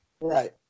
right